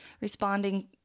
responding